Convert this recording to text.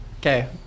Okay